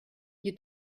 you